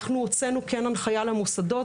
אני כן הוצאנו הנחיה למוסדות,